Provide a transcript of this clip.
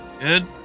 good